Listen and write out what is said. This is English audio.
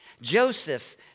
Joseph